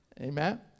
Amen